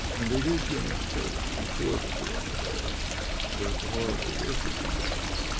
and they did go on strike before the coronavirus about the horrible working conditions.